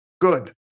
good